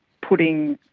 putting